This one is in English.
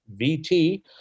VT